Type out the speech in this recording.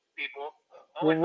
people